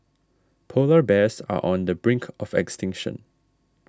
Polar Bears are on the brink of extinction